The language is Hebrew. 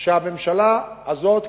הממשלה הזאת,